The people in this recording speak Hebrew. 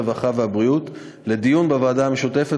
הרווחה והבריאות לדיון בוועדה המשותפת